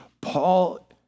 Paul